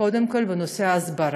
קודם כול, בנושא ההסברה,